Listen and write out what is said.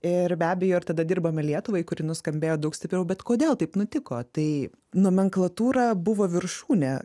ir be abejo ir tada dirbome lietuvai kuri nuskambėjo daug stipriau bet kodėl taip nutiko tai nomenklatūra buvo viršūnė